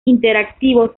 interactivos